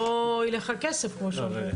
שהכסף לא ילך.